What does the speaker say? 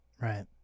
Right